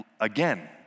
again